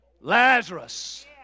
Lazarus